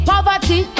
Poverty